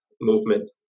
movement